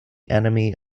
enemy